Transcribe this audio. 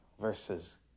versus